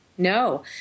No